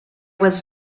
was